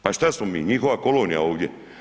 Pa što smo mi, njihova kolonija ovdje?